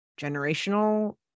generational